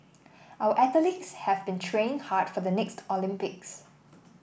our athletes have been training hard for the next Olympics